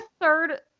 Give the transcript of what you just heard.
third